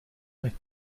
with